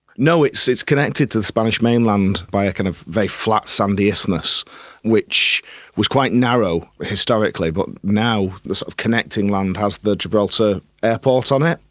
no, it's it's connected to the spanish mainland by a kind of very flat sandy isthmus which was quite narrow historically but now the sort of connecting land has the gibraltar airport on it.